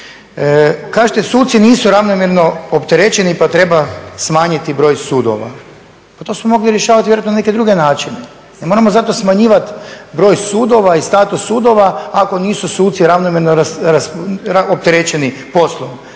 Kažete suci nisu ravnomjerno opterećeni pa treba smanjiti broj sudova. Pa to smo mogli rješavati vjerojatno na neke druge načine. Ne moramo zato smanjivati broj sudova i status sudova ako nisu suci ravnomjerno opterećeni poslom.